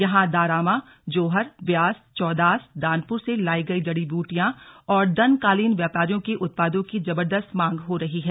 यहां दारामा जोहर व्यास चौंदास दानपुर से लायी गई जड़ीबुटियों और दन कालीन व्यापारियों के उत्पादों की जबरदस्त मांग हो रही है